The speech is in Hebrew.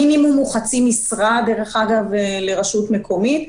המינימום הוא חצי משרה לרשות מקומית.